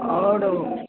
और